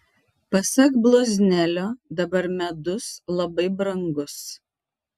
pasak bloznelio dabar medus labai brangus